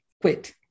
quit